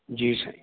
जी साईं